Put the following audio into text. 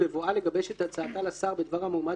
(ד) בבואה לגבש את הצעתה לשר בדבר המועמד